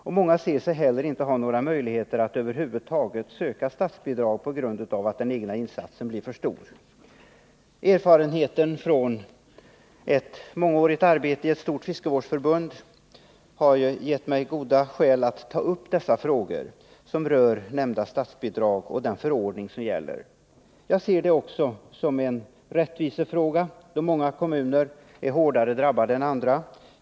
Och många anser sig inte heller ha några möjligheter att över huvud taget söka statsbidrag på grund av att den egna insatsen blir för stor. Erfarenheten från ett mångårigt arbete i ett stort fiskevårdsförbund har gett mig goda skäl att ta upp dessa frågor, som rör nämnda statsbidrag och den förordning som gäller. Jag ser det också som en rättvisefråga, då många kommuner är hårdare drabbade än andra.